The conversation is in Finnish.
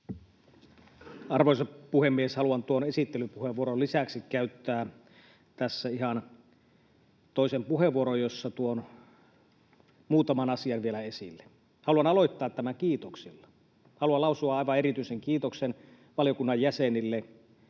Arvoisa puhemies! Haluan tuon esittelypuheenvuoron lisäksi käyttää tässä ihan toisenkin puheenvuoron, jossa tuon muutaman asian vielä esille. Haluan aloittaa tämän kiitoksilla. Haluan lausua aivan erityisen kiitoksen valiokunnan jäsenille.